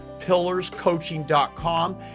Pillarscoaching.com